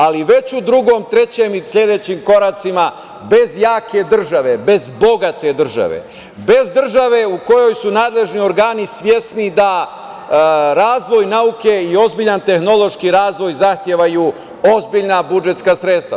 Ali, već u drugom, trećem i sledećim koracima, bez jake države, bez bogate države, bez države u kojoj su nadležni organi svesni da razvoj nauke i ozbiljan tehnološki razvoj zahtevaju ozbiljna budžetska sredstva.